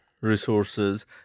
resources